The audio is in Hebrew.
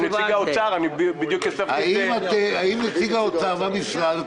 נציג האוצר ובכלל משרד האוצר,